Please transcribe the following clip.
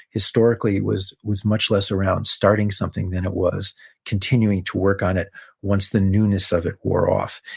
historically, was was much less around starting something than it was continuing to work on it once the newness of it wore off.